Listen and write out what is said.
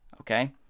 Okay